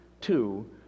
two